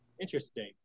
Interesting